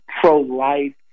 pro-life